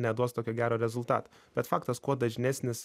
neduos tokio gero rezultato bet faktas kuo dažnesnis